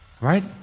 Right